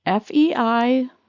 FEI